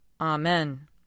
Amen